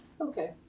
Okay